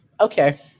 Okay